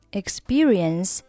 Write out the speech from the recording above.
experience